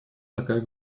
такая